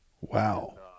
Wow